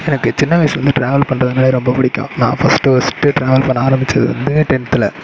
எனக்கு சின்ன வயிசுலேந்து டிராவல் பண்ணுறது ரொம்ப பிடிக்கும் நான் ஃபஸ்ட்டு ஃபஸ்ட்டு டிராவல் பண்ண ஆரம்மிச்சது வந்து டென்த்தில்